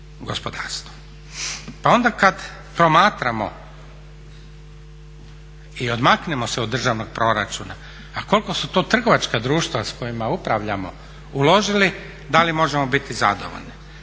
Pa onda kada promatramo i odmaknemo se od državnog proračuna pa koliko su to trgovačka društva s kojima upravljamo uložili, da li možemo biti zadovoljni.